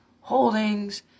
Holdings